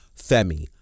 Femi